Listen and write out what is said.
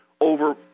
over